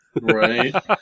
Right